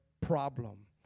problem